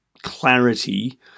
clarity